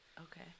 Okay